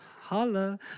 Holla